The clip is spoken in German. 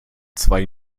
zwei